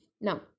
Now